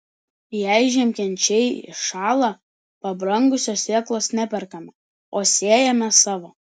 jei žiemkenčiai iššąla pabrangusios sėklos neperkame o sėjame savo